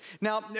Now